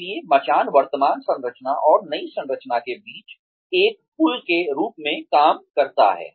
इसलिए मचान वर्तमान संरचना और नई संरचना के बीच एक पुल के रूप में कार्य करता है